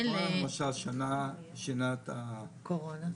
מה למשל השנה שנת הקורונה,